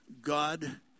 God